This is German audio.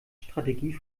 strategie